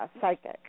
psychic